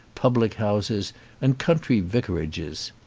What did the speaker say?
public houses and country vicarages.